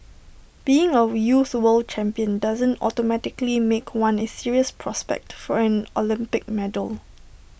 being A youth world champion doesn't automatically make one A serious prospect for an Olympic medal